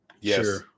Yes